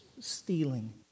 stealing